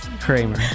kramer